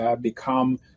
become